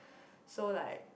so like